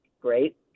great